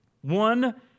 One